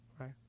right